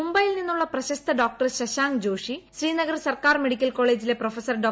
മുംബൈയിൽ നിന്നുള്ള പ്രശസ്ത ഡോക്ടർ ശശാങ്ക് ജോഷി ശ്രീനഗർ സർക്കാർ മെഡിക്കൽ കോളേജിലെ പ്രൊഫസർ ഡോ